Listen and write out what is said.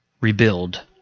rebuild